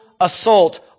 assault